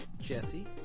Jesse